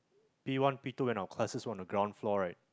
P one P two and our classes on the ground floor right